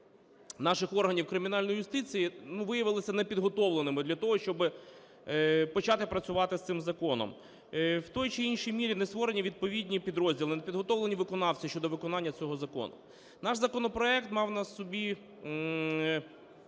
Наш законопроект мав на собі